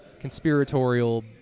conspiratorial